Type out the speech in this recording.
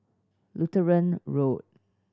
Lutheran Road